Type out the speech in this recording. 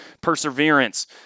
perseverance